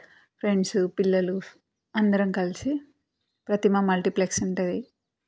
friends పిల్లలు అందరం కలిసి ప్రతిమ మల్టీప్లెక్స్ ఉంటుంది